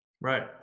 Right